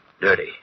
Dirty